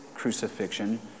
crucifixion